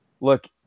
look